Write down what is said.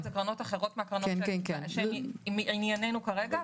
אלה קרנות אחרות מן הקרנות שבהן הוועדה עוסקת כרגע.